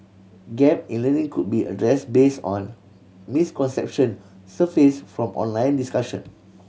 gap in learning could be addressed based on misconception surfaced from online discussion